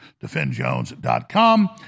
DefendJones.com